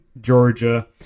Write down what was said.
Georgia